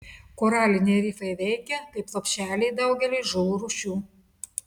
koraliniai rifai veikia kaip lopšeliai daugeliui žuvų rūšių